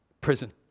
prison